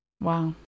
Wow